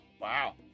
Wow